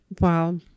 wow